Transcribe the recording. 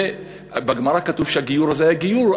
בגמרא כתוב שהגיור הזה היה גיור,